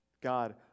God